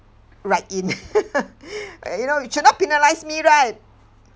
right in you know you should not penalise me right